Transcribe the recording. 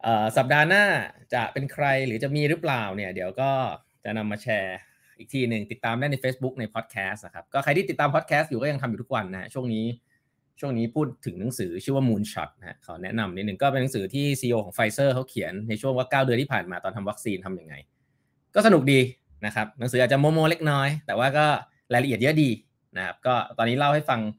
เอ่อ สัปดาห์หน้าจะเป็นใครหรือจะมีหรือเปล่าเนี่ย เดี๋ยวก็จะนำมาแชร์อีกทีหนึ่ง ติดตามได้ใน Facebook ใน Podcast นะครับ ก็ใครที่ติดตาม Podcast อยู่ก็ยังทำอยู่ทุกวันนะฮะ ช่วงนี้- ช่วงนี้พูดถึงหนังสือชื่อว่า Moonshot นะฮะ ขอแนะนำนิดหนึ่ง ก็เป็นหนังสือที่ CEO ของ Pfizer เขาเขียนในช่วงว่าเก้าเดือนที่ผ่านมาตอนทำวัคซีนทำยังไง ก็สนุกดีนะครับ หนังสืออาจจะโมโมเล็กน้อย แต่ว่าก็รายละเอียดเยอะดีนะครับ ก็ตอนนี้เล่าให้ฟัง